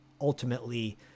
ultimately